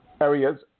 areas